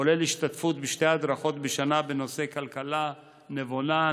כולל השתתפות בשתי הדרכות בשנה בנושא כלכלה נבונה,